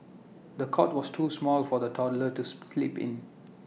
the cot was too small for the toddler to sleep in